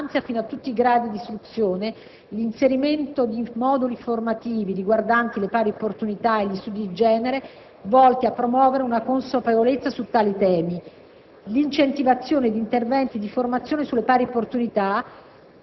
la promozione del *curriculum* scolastico, a partire dal nido d'infanzia fino a tutti i gradi di istruzione; l'inserimento di moduli formativi riguardanti le pari opportunità e gli studi di genere volti a promuovere una consapevolezza su tali temi;